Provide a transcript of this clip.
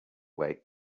wait